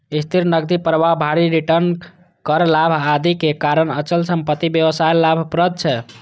स्थिर नकदी प्रवाह, भारी रिटर्न, कर लाभ, आदिक कारण अचल संपत्ति व्यवसाय लाभप्रद छै